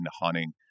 hunting